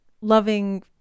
loving